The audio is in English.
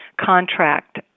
contract